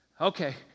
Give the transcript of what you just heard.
okay